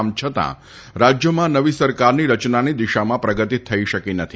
આમ છતાં રાજ્યમાં નવી સરકારની રચનાની દિશામાં પ્રગતિ થઈ નથી